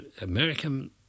American